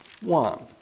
one